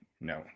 no